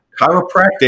Chiropractic